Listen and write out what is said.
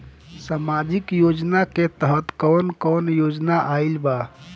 सामाजिक योजना के तहत कवन कवन योजना आइल बा?